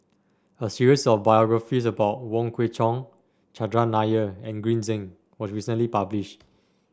a series of biographies about Wong Kwei Cheong Chandran Nair and Green Zeng was recently published